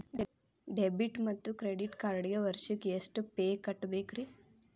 Debit ಮತ್ತು credit ಕಾರ್ಡ್ಗೆ ವರ್ಷಕ್ಕ ಎಷ್ಟ ಫೇ ಕಟ್ಟಬೇಕ್ರಿ?